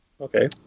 Okay